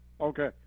Okay